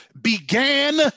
began